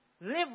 Live